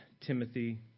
Timothy